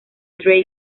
drake